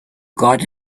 got